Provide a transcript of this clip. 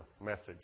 message